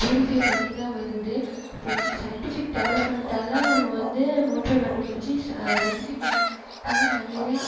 purify பண்ணி தான் வருது இப்போ சயிண்ட்டிஃபிக் டெவலப்மெண்ட்டால் நம்ம வந்து மோட்ரை கண்டுப்பிடிச்சி சா சயிண்ட்டிஃபிக் டெவெலப்மெண்ட்டால் நிறையா